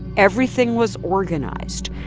everything was organized.